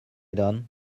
done